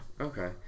Okay